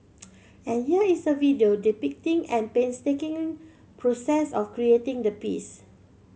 and here is a video depicting an painstaking process of creating the piece